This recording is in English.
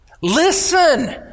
Listen